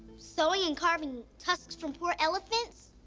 sewing and carving tusks from poor elephants?